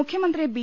മുഖ്യമന്ത്രി ബി